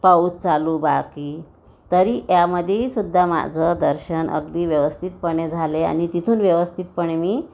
पाऊस चालू बाकी तरी यामधीही सुद्धा माझं दर्शन अगदी व्यवस्थितपणे झाले आणि तिथून व्यवस्थितपणे मी